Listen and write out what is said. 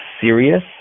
serious